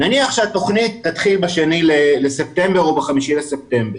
נניח שהתוכנית תתחיל ב-2 לספטמבר או ב-5 לספטמבר,